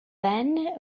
then